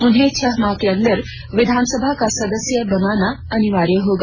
उन्हें छह माह के अंदर विधानसभा का सदस्य बनना अनिवार्य होगा